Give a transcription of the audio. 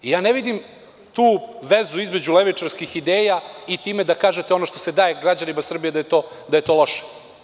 Ja ne vidim tu vezu između levičarskih ideja i time da kažete ono što se daje građanima Srbije da je to loše.